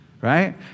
right